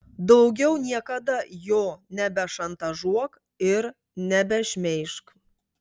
daugiau niekada jo nebešantažuok ir nebešmeižk